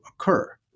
occur